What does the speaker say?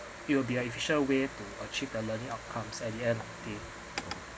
it will be an efficient way to achieve the learning outcomes at the end of the day